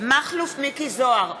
מכלוף מיקי זוהר,